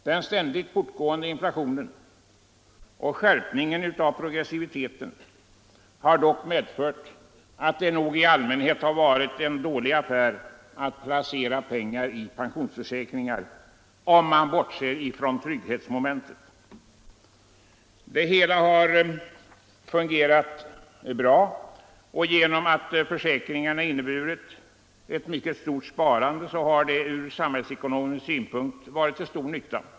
Den ständigt fortgående inflationen och skärpningen av progressiviteten har dock medfört att det nog i allmänhet varit en dålig affär att placera pengar i pensionsförsäkringar, om, man bortser från trygghetsmomentet. Det hela har fungerat bra, och genom att försäkringarna inneburit ett mycket stort sparande har de från samhällsekonomisk synpunkt varit till stor nytta.